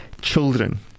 children